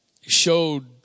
showed